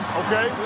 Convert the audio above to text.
okay